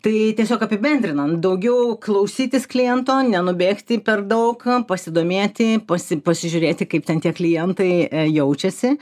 tai tiesiog apibendrinant daugiau klausytis kliento nenubėgti per daug pasidomėti pasi pasižiūrėti kaip ten tie klientai jaučiasi